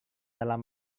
dalam